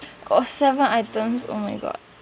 oh seven items oh my god